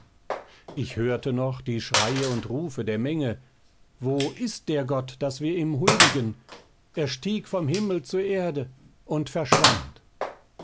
ich hörte noch die schreie und rufe der menge wo ist der gott daß wir ihm huldigen er stieg vom himmel zur erde und verschwand